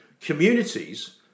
communities